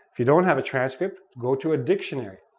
if you don't have a transcript, go to a dictionary.